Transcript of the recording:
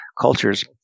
cultures